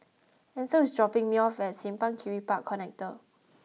Ancel is dropping me off at Simpang Kiri Park Connector